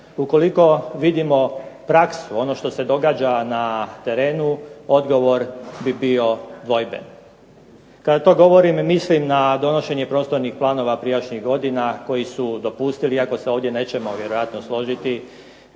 Ukoliko vidimo praksu ono što se događa na terenu, odgovor bi bio dvojben. Kada to govorim mislim na donošenje prostornih planova prijašnjih godina koji su dopustili iako se ovdje nećemo vjerojatno složiti